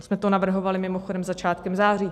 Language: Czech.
My jsme to navrhovali, mimochodem, začátkem září.